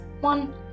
one